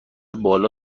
بالا